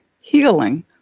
healing